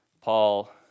Paul